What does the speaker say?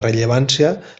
rellevància